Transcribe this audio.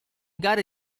gare